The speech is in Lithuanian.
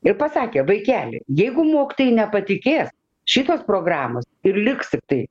ir pasakė vaikeli jeigu mokytojai nepatikės šitos programos ir liks tiktai